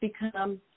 become